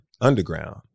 underground